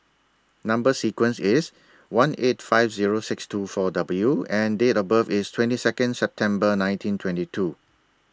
Number sequence IS S one eight five Zero six two four W and Date of birth IS twenty Second September nineteen twenty two